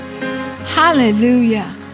Hallelujah